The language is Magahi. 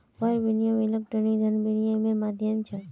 वायर विनियम इलेक्ट्रॉनिक धन विनियम्मेर माध्यम छ